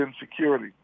insecurity